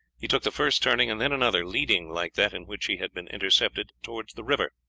he took the first turning, and then another, leading, like that in which he had been intercepted, towards the river.